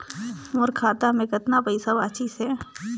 मोर खाता मे कतना पइसा बाचिस हे?